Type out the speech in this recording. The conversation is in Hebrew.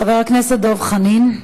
חבר הכנסת דב חנין,